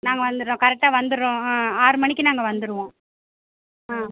நாங்கள் வந்துடுறோம் கரெக்டாக வந்துடுறோம் ஆ ஆறு மணிக்கு நாங்கள் வந்துடுவோம் ஆ